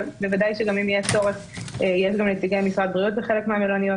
אבל בוודאי שאם יהיה צורך יש גם נציגי משרד הבריאות בחלק מהמלוניות.